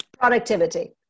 Productivity